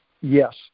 Yes